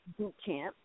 Bootcamp